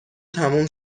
تموم